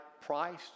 price